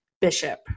bishop